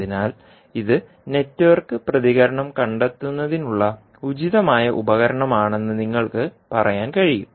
അതിനാൽ ഇത് നെറ്റ്വർക്ക് പ്രതികരണം കണ്ടെത്തുന്നതിനുള്ള ഉചിതമായ ഉപകരണമാണെന്ന് നിങ്ങൾക്ക് പറയാൻ കഴിയും